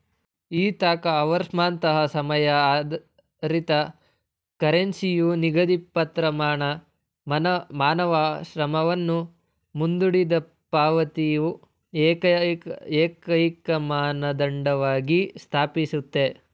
Ithaca ಅವರ್ಸ್ನಂತಹ ಸಮಯ ಆಧಾರಿತ ಕರೆನ್ಸಿಯು ನಿಗದಿತಪ್ರಮಾಣ ಮಾನವ ಶ್ರಮವನ್ನು ಮುಂದೂಡಿದಪಾವತಿಯ ಏಕೈಕಮಾನದಂಡವಾಗಿ ಸ್ಥಾಪಿಸುತ್ತೆ